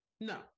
No